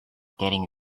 getting